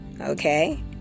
okay